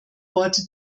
worte